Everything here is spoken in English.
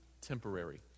temporary